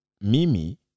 Mimi